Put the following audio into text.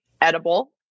edible